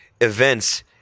events